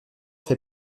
fait